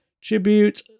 Tribute